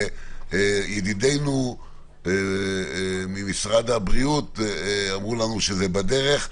וידידינו ממשרד הבריאות אמרו לנו שזה בדרך.